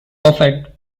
buffett